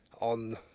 on